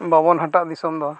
ᱵᱟᱵᱚᱱ ᱦᱟᱴᱟᱜ ᱫᱤᱥᱚᱢ ᱫᱚ